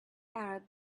arab